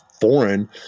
foreign